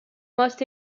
most